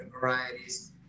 varieties